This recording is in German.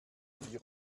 vier